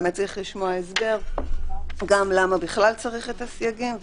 באמת צריך לשמוע הסבר גם למה בכלל צריך את הסייגים,